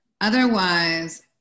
otherwise